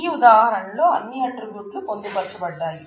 ఈ ఉదాహరణ లో అన్ని ఆట్రిబ్యూట్లు పొందు పరచబడ్డాయి